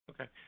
Okay